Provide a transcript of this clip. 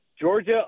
Georgia